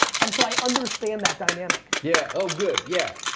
and so i understand that dynamic. yeah, oh good yeah.